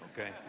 okay